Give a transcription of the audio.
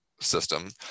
system